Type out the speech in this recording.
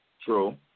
True